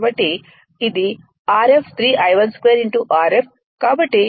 కాబట్టి ఇది rf 3 I1 2 rf